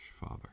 father